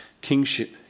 kingship